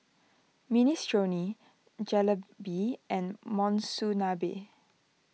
Minestrone Jalebi and Monsunabe